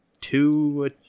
two